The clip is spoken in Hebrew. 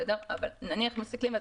אבל נניח מסכלים,